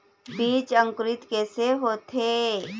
बीज अंकुरित कैसे होथे?